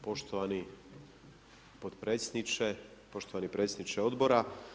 Poštovani potpredsjedniče, poštovani predsjedniče Odbora.